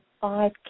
five